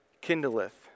kindleth